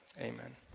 amen